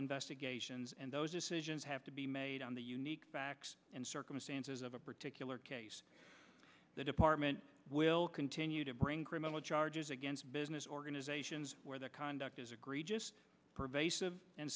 investigations and those decisions have to be made on the unique facts and circumstances of a particular case the department will continue to bring criminal charges against business organizations where the conduct is agree just pervasive